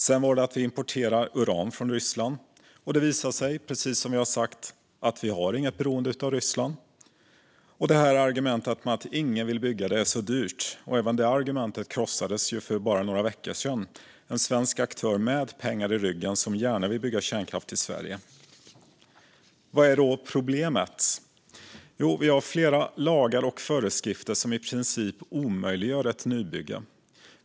Sedan var det att vi importerar uran från Ryssland; och det visade sig, precis som vi hade sagt, att vi inte har något beroende av Ryssland. Och även argumentet att ingen vill bygga för att det är så dyrt krossades för bara några veckor sedan. En svensk aktör med pengar i ryggen vill mer än gärna bygga kärnkraft i Sverige. Vad är då problemet? Jo, vi har flera lagar och föreskrifter som i princip omöjliggör ett nybygge.